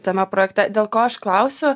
tame projekte dėl ko aš klausiu